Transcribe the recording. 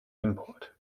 import